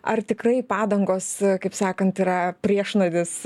ar tikrai padangos kaip sakant yra priešnuodis